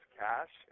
cash